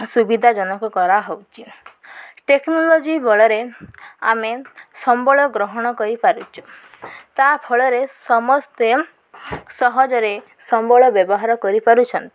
ସୁବିଧାଜନକ କରାହଉଛି ଟେକ୍ନୋଲୋଜି ବଳରେ ଆମେ ସମ୍ବଳ ଗ୍ରହଣ କରିପାରୁଛୁ ତା ଫଳରେ ସମସ୍ତେ ସହଜରେ ସମ୍ବଳ ବ୍ୟବହାର କରିପାରୁଛନ୍ତି